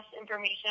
information